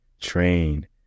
train